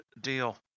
deal